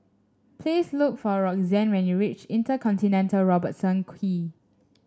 please look for Roxanne when you reach InterContinental Robertson Quay